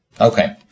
okay